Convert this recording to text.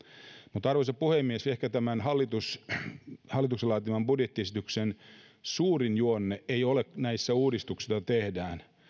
mutta arvoisa puhemies ehkä tämän hallituksen laatiman budjettiesityksen suurin juonne ei ole näissä uudistuksissa joita tehdään